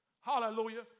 Hallelujah